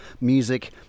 music